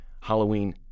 Halloween